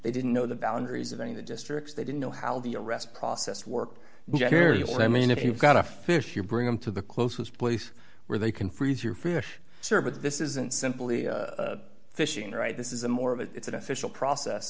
they didn't know the boundaries of any of the districts they didn't know how the arrest process work you hear you i mean if you've got a fish you bring them to the closest place where they can freeze your fish service this isn't simply fishing right this is a more of it's an official process